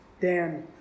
Dan